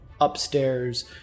upstairs